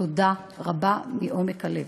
תודה רבה מעומק הלב.